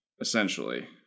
essentially